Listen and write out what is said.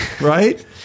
right